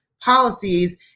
policies